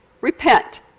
repent